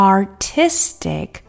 Artistic